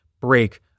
break